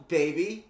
baby